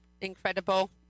incredible